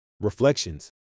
Reflections